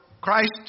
Christ